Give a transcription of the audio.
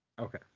Okay